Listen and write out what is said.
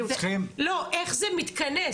איך זה מתכנס?